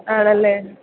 ആണല്ലേ